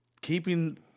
keeping